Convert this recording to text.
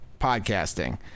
podcasting